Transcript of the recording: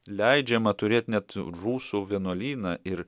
leidžiama turėt net rusų vienuolyną ir